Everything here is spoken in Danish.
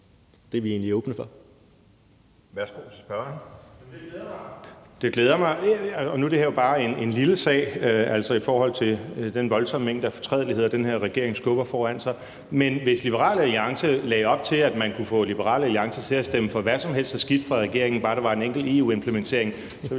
det er vi egentlig åbne for.